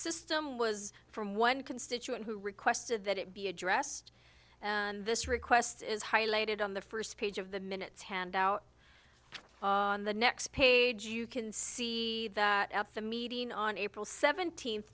system was from one constituent who requested that it be addressed and this request is highlighted on the first page of the minutes handout on the next page you can see that at the meeting on april seventeenth